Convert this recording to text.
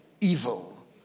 evil